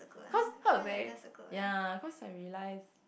cause how to say ya cause I realize